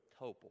Topol